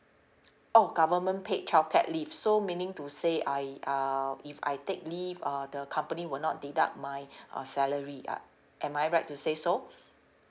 oh government paid childcare leave so meaning to say I uh if I take leave uh the company will not deduct my uh salary ah am I right to say so